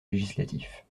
législatif